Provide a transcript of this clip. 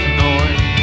noise